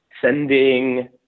sending